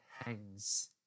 hangs